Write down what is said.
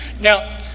Now